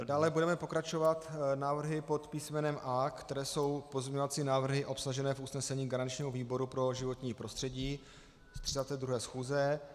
Dále budeme pokračovat návrhy pod písmenem A, které jsou pozměňovacími návrhy obsaženými v usnesení garančního výboru pro životní prostředí z 32. schůze.